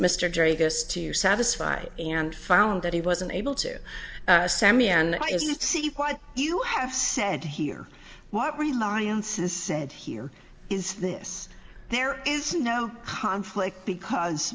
geragos to satisfy and found that he wasn't able to sammy and see what you have said here what reliances said here is this there is no conflict because